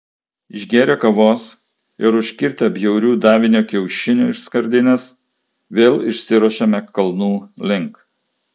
išgėrę kavos ir užkirtę bjaurių davinio kiaušinių iš skardinės vėl išsiruošėme kalnų link